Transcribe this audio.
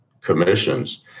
commissions